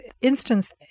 instance